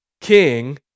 king